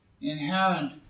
inherent